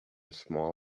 small